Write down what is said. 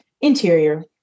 Interior